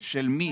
של מי,